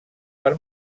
per